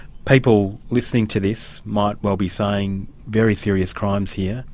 people listening to this might well be saying very serious crimes here,